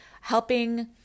helping